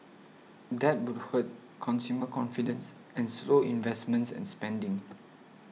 that would hurt consumer confidence and slow investments and spending